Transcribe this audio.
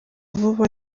vuba